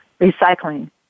recycling